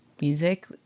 music